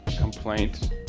complaint